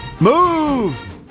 Move